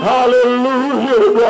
Hallelujah